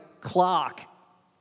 clock